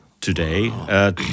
Today